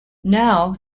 now